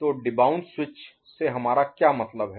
तो debounce switch से हमारा क्या मतलब है